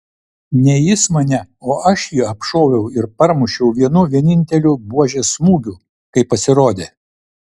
ne jis mane o aš jį apšoviau ir parmušiau vienu vieninteliu buožės smūgiu kai pasirodė